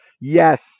Yes